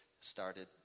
started